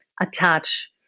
attach